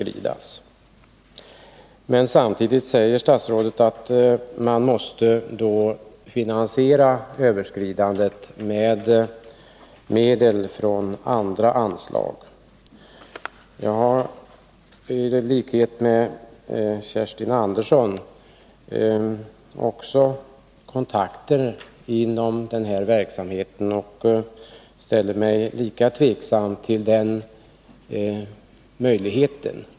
Men samtidigt säger statsrådet att man måste finansiera överskridandet med medel från andra anslag. Jag har i likhet med Kerstin Andersson i Hjärtum kontakter inom den här verksamheten och ställer mig lika tveksam som hon till den möjligheten.